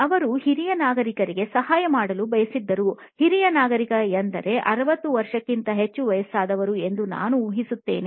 ಅವರು ಹಿರಿಯ ನಾಗರಿಕರಿಗೆ ಸಹಾಯ ಮಾಡಲು ಬಯಸಿದ್ದರು ಹಿರಿಯ ನಾಗರಿಕ ಎಂದರೆ 60 ವರ್ಷಕ್ಕಿಂತ ಹೆಚ್ಚು ವಯಸ್ಸಾದವರು ಎಂದು ನಾನು ಊಹಿಸುತ್ತೇನೆ